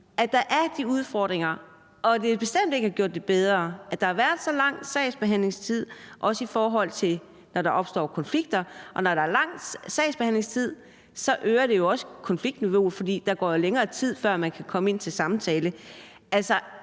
at der er de udfordringer, og at det bestemt ikke har gjort det bedre, at der har været så lang en sagsbehandlingstid, også i forhold til når der opstår konflikter. Og når der er lang sagsbehandlingstid, øger det også konfliktniveauet, fordi der jo går længere tid, før man kan komme ind til samtale.